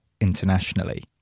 internationally